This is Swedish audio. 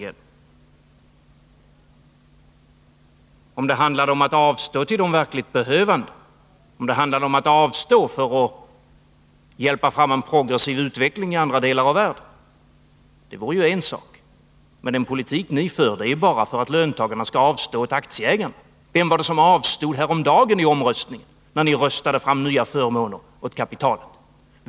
Det vore en sak om det handlade om att avstå till de verkligt behövande, för att hjälpa fram en progressiv utveckling i andra delar av världen. Men den politik som ni för gäller ju bara detta att löntagarna skall avstå åt aktieägarna. Vem var det som vid omröstningen häromdagen avstod, då ni röstade igenom nya förmåner för kapitalet?